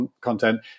content